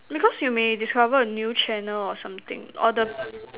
because you may discover a new channel or something or the